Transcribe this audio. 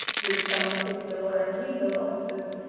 with some fiscal and legal officers,